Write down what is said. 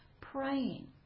praying